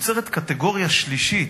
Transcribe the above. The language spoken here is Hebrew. קטגוריה שלישית.